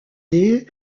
des